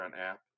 app